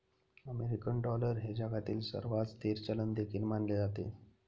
American dollar हे जगातील सर्वात स्थिर चलन देखील मानले जाते